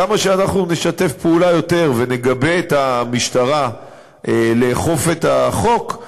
כמה שאנחנו נשתף פעולה יותר ונגבה את המשטרה באכיפת החוק,